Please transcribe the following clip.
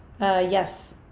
yes